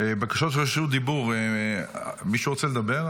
בקשות רשות דיבור, מישהו רוצה לדבר?